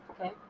Okay